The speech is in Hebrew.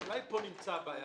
אולי פה נמצאת הבעיה?